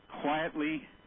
quietly